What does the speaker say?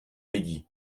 lidí